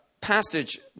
passage